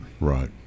Right